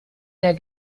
der